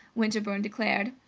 winterbourne declared.